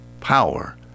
power